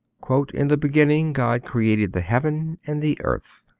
in the beginning god created the heaven and the earth.